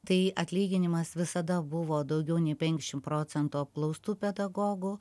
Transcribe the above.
tai atlyginimas visada buvo daugiau nei penkiasdešim procentų apklaustų pedagogų